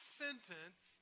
sentence